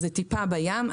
זה טיפה בים.